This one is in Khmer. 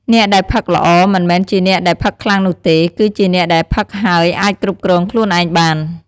អ្នកដែលផឹកល្អ មិនមែនជាអ្នកដែលផឹកខ្លាំងនោះទេ គឺជាអ្នកដែលផឹកហើយអាចគ្រប់គ្រងខ្លួនឯងបាន។